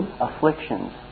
afflictions